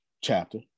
chapter